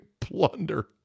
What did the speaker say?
plunder